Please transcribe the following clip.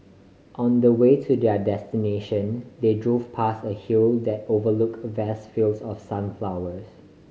on the way to their destination they drove past a hill that overlook a vast fields of sunflowers